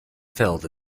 filled